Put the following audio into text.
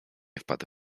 wpadł